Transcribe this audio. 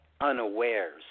unawares